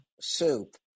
soup